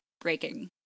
breaking